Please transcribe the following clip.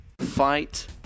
fight